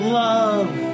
love